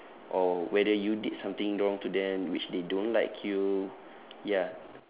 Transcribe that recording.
or whether you did something wrong to them which they don't like you ya